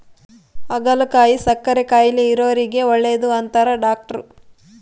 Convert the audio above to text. ಹಾಗಲಕಾಯಿ ಸಕ್ಕರೆ ಕಾಯಿಲೆ ಇರೊರಿಗೆ ಒಳ್ಳೆದು ಅಂತಾರ ಡಾಟ್ರು